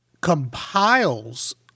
compiles